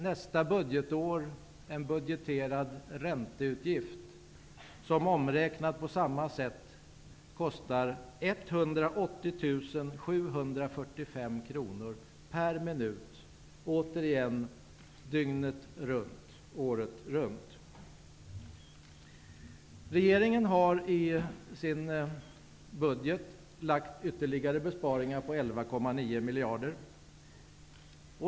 Nästa budgetår har vi en budgeterad ränteutgift som omräknat på samma sätt kostar 180 745 kronor per minut, återigen dygnet runt och året runt. I sin budget har regeringen lagt fram förslag om ytterligare besparingar på 11,9 miljarder.